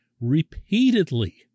repeatedly